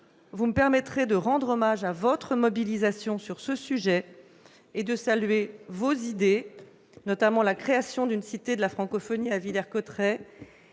madame la sénatrice, de rendre hommage à votre mobilisation sur ce sujet et de saluer vos idées, notamment celle de la création d'une cité de la francophonie à Villers-Cotterêts